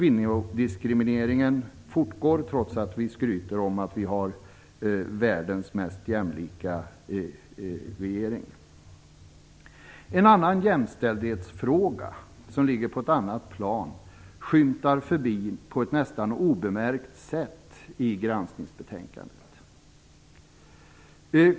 Kvinnodiskrimineringen fortgår trots att vi skryter om att vi har världens mest jämlika regering. En annan jämställdhetsfråga som ligger på ett annat plan skymtar förbi på ett nästan obemärkt sätt i granskningsbetänkandet.